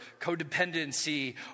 codependency